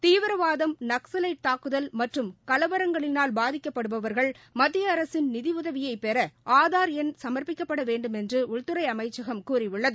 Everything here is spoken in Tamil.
தீவிரவாதம் நக்ஸலைட் தாக்குதல் மற்றும் கலவரங்களினால் பாதிக்கப்படுபவர்கள் மத்திய அரசின் நிதி உதவியைபெற ஆதார் சமர்ப்பிக்கப்பட வேண்டுமென்று உள்துறை அமைச்சகம் கூறியுள்ளது